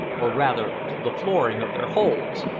or rather to the flooring of their holds.